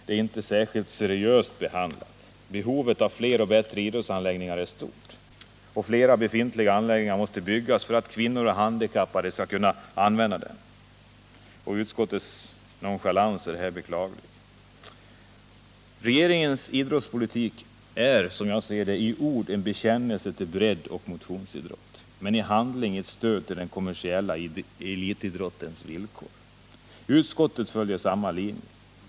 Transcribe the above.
Det är inte någon särskilt seriös behandling. Behovet av fler och bättre idrottsanläggningar är stort. Flera befintliga anläggningar måste byggas om för att kvinnor och handikappade skall kunna använda dem. Utskottets nonchalans är beklaglig. Regeringens idrottspolitik är, som jag ser den, i ord en bekännelse till 201 breddoch motionsidrotten, men i handling ett stöd till den kommersiella elitidrottens villkor. Utskottet följer samma linje.